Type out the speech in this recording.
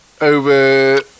over